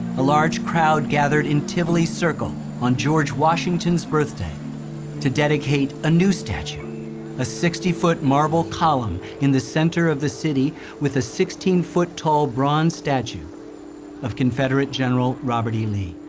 a large crowd gathered in tivoli circle on george washington's birthday to dedicate a new statue a sixty foot marble column in the center of the city with a sixteen foot tall bronze statue of confederate general robert e. lee.